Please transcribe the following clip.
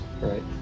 Right